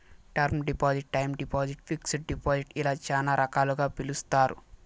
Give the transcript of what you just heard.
term deposit time deposit fixed deposit ఇలా చాలా రకాలుగా పిలుస్తారు